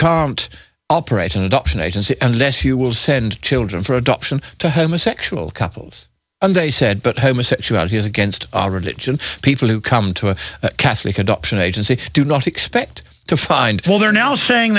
to operate an adoption agency and less you will send children for adoption to homosexual couples and they said but homosexuality is against religion people who come to a catholic adoption agency do not expect to find well they're now saying